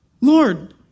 Lord